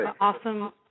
awesome